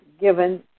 given